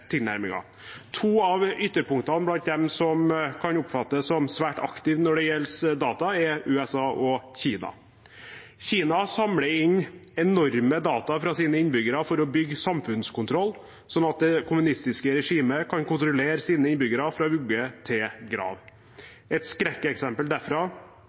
To av ytterpunktene blant dem som kan oppfattes som svært aktive når det gjelder data, er USA og Kina. Kina samler inn enorme mengder data fra sine innbyggere for å bygge samfunnskontroll, sånn at det kommunistiske regimet kan kontrollere sine innbyggere fra vugge til grav. Et skrekkeksempel derfra